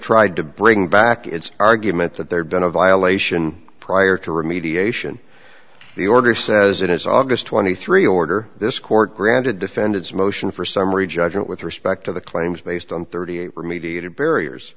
tried to bring back its argument that there had been a violation prior to remediation the order says it is aug twenty three order this court granted defendant's motion for summary judgment with respect to the claims based on thirty eight remediated barriers